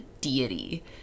deity